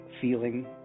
feeling